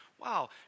Wow